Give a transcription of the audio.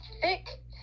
thick